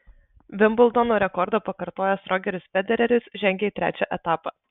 vimbldono rekordą pakartojęs rogeris federeris žengė į trečią etapą